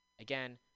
Again